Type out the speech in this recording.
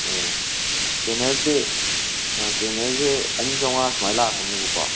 ꯑꯣ ꯇ꯭ꯔꯦꯟꯅꯔꯁꯦ ꯇ꯭ꯔꯦꯟꯅꯔꯁꯦ ꯑꯅꯤ ꯆꯥꯝꯃꯉꯥ ꯁꯨꯃꯥꯏꯅ ꯂꯥꯛꯀꯅꯦꯕꯀꯣ